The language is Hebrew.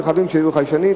יש רכבים שיהיו בהם חיישנים,